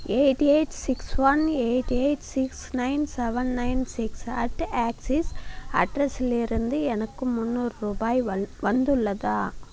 eight eight six one eight eight six nine seven nine six at Axis அட்ரஸிலிருந்து எனக்கு முன்னூறு ரூபாய் வந்துள்ளதா